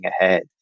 ahead